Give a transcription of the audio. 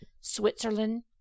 switzerland